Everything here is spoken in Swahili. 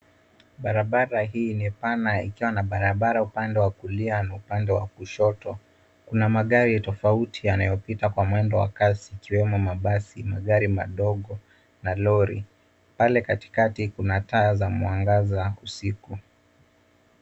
Barabara hii ni pana ikiwa na barabara upande wa kulia na upande wa kushoto kuna magari tofauti yanayopita kwa mwendo wa kasi ikiwemo mabasi, magari madogo na lori. Pale katikati kuna taa za mwangaza usiku.